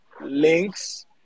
links